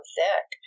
thick